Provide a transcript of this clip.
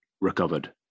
recovered